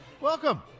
Welcome